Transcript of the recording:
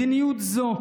מדיניות זו,